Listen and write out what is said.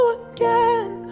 again